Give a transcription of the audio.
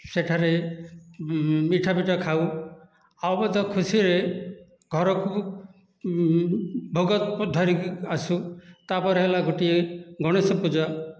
ସେଠାରେ ମିଠା ପିଠା ଖାଉ ଆଉ ମଧ୍ୟ ଖୁସିରେ ଘରକୁ ଭୋଗ ଧରିକି ଆସୁ ତା'ପରେ ହେଲା ଗୋଟିଏ ଗଣେଶ ପୂଜା